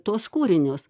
tuos kūrinius